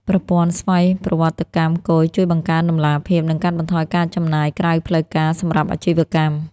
ប្រព័ន្ធស្វ័យប្រវត្តិកម្មគយជួយបង្កើនតម្លាភាព និងកាត់បន្ថយការចំណាយក្រៅផ្លូវការសម្រាប់អាជីវកម្ម។